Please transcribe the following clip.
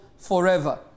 forever